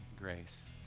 grace